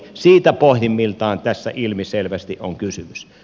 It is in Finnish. siitä pohjimmiltaan tässä ilmiselvästi on kysymys